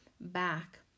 back